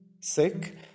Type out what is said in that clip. sick